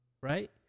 right